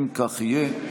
אם כך יהי,